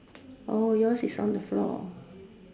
yours is on the floor